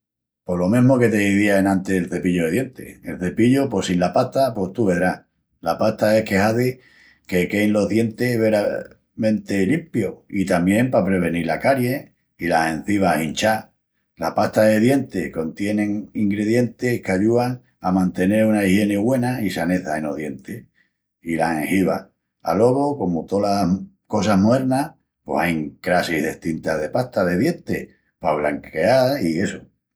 Pos lo mesmu que t'izía enantis del cepillu de dientis. El cepillu pos sin la pasta... pos tú vedrás. La pasta es que hazi que quein los dientis veramenti limpius, i tamién pa prevenil la caries i las enzivas hinchás. Las pastas de dientis contienin ingredientis qu'ayúan a mantenel una igieni güena i saneza enos dientis i las gengivas. Alogu, comu tolas cosas moernas, pos ain crassis destintas de pastas de dientis, pa branqueal i essu.